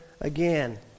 again